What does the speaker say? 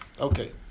Okay